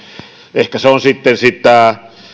ehkä se on sitten sitä